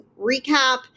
recap